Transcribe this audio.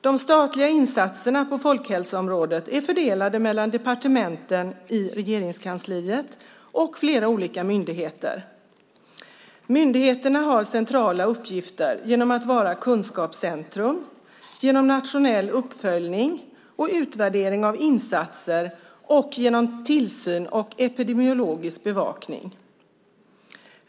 De statliga insatserna på folkhälsoområdet är fördelade mellan departementen i Regeringskansliet och flera olika myndigheter. Myndigheterna har centrala uppgifter genom att vara kunskapscentrum, genom nationell uppföljning och utvärdering av insatser samt genom tillsyn och epidemiologisk bevakning.